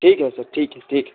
ठीक है सर ठीक है ठीक है